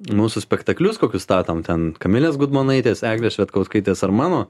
mūsų spektaklius kokius statom ten kamilės gudmonaitės eglės švedkauskaitės ar mano